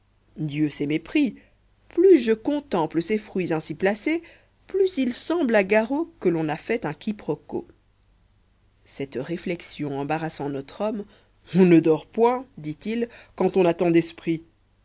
dieu s'est mépris plus je contemple ces fruits ainsi placés plus il semble à garo que l'on a fait un quiproquo cette réflexion embarrassant notre homme on ne dort point dit-il quand on a tant d'esprit